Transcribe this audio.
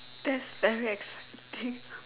that's very exciting